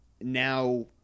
now